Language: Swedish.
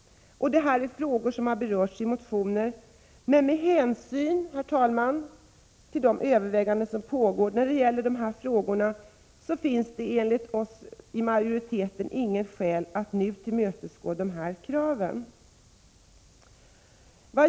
Detta är frågor som har berörts i motioner. Med hänsyn, herr talman, till de överväganden som pågår när det gäller de här frågorna finns det enligt majoritetens mening inte skäl att nu tillmötesgå de krav som ställts.